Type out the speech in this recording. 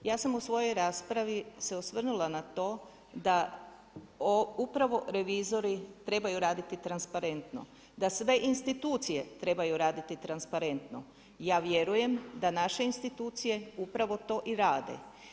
Ja sam u svojoj raspravi se osvrnula na to da upravo revizori trebaju raditi transparentno, da sve institucije trebaju raditi transparentno, ja vjerujem da naše institucije upravo to i rade.